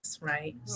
right